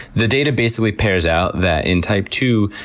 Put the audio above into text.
the data basically pares out that in type two,